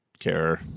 care